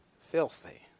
filthy